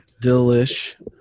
Delish